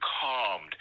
calmed